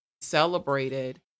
celebrated